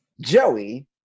Joey